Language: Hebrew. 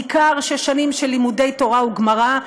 ניכר ששנים של לימודי תורה וגמרא,